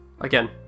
Again